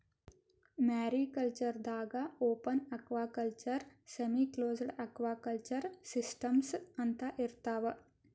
mariculture ದಾಗಾ open aquaculture, semiclosed aquaculture systems ಅಂತಾ ಇರ್ತವ್